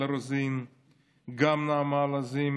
גם מיכל רוזין,